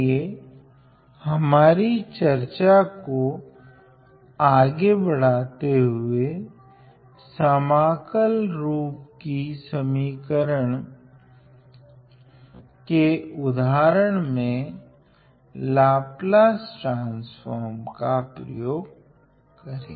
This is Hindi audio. चलिए हमारी चर्चा को आगे बढ़ाते हुए समाकल रूप की समीकरण के उदाहरण में लाप्लास ट्रान्स्फ़ोर्म का प्रयोग करेगे